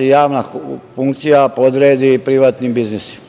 javna funkcija podredi privatnim biznisima.